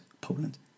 Poland